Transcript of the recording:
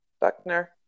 Buckner